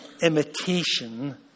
imitation